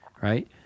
right